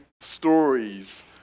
stories